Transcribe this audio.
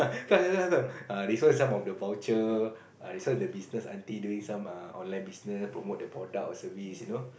come come come come come ah this one some of the voucher this one the business aunty doing some online business promote the product or service you know